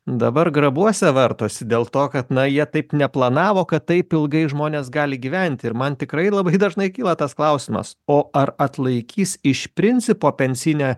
dabar grabuose vartosi dėl to kad na jie taip neplanavo kad taip ilgai žmonės gali gyventi ir man tikrai labai dažnai kyla tas klausimas o ar atlaikys iš principo pensijinė